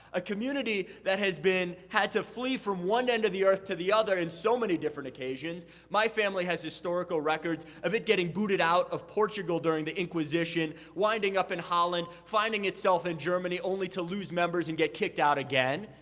a community that has had to flee from one end to the earth to the other in so many different occasions. my family has historical records of it getting booted out of portugal during the inquisition, winding up in holland, finding itself in germany, only to lose members and get kicked out again.